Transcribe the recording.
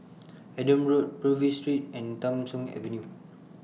Adam Road Purvis Street and Tham Soong Avenue